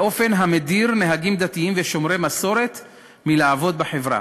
באופן המדיר נהגים דתיים ושומרי מסורת מלעבוד בחברה.